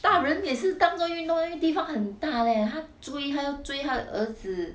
大人也是当做运动因为地方很大 leh 她追她要追她的儿子